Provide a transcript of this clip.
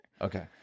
Okay